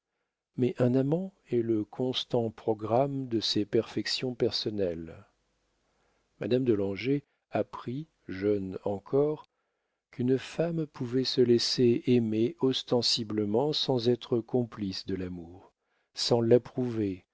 mais un amant est le constant programme de ses perfections personnelles madame de langeais apprit jeune encore qu'une femme pouvait se laisser aimer ostensiblement sans être complice de l'amour sans l'approuver